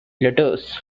letters